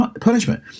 punishment